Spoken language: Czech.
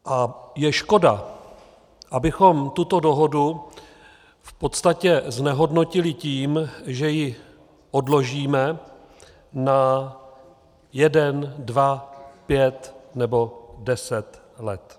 A je škoda, abychom tuto dohodu v podstatě znehodnotili tím, že ji odložíme na jeden, dva, pět nebo deset let.